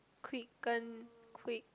quicken quick